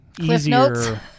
easier